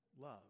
Love